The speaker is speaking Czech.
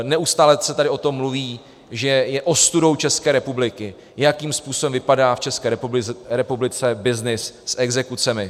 Neustále se tady o tom mluví, že je ostudou České republiky, jakým způsobem vypadá v České republice byznys s exekucemi.